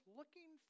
looking